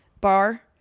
bar